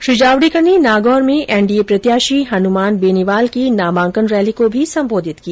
श्री जावडेकर ने नागौर में एनडीए प्रत्याशी हनुमान बेनीवाल की नामांकन रैली को भी संबोधित किया